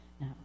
Now